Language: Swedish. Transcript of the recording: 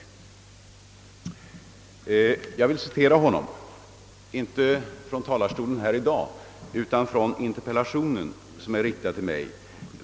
Först skulle jag vilja citera herr Jansson själv. Det gäller inte vad han sagt från talarstolen här i dag utan vad som står i interpellationen som riktats till mig.